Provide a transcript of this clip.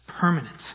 permanent